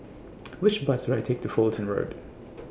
Which Bus should I Take to Fullerton Road